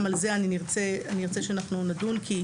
אני ארצה שנדון גם על זה,